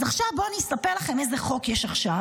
אז עכשיו בואו אני אספר לכם איזה חוק יש עכשיו,